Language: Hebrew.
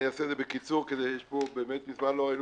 אני אעשה את זה בקיצור כי באמת מזמן לא ראינו